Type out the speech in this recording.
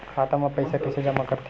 खाता म पईसा कइसे जमा करथे?